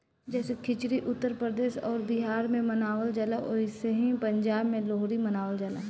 जैसे खिचड़ी उत्तर प्रदेश अउर बिहार मे मनावल जाला ओसही पंजाब मे लोहरी मनावल जाला